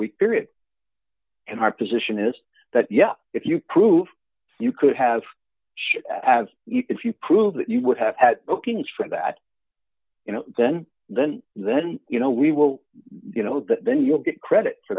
week period and our position is that yeah if you prove you could have should have if you prove that you would have had bookings for that you know then then then you know we will you know then you'll get credit for